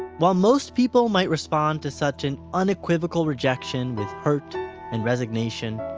while most people might respond to such an unequivocal rejection with hurt and resignation,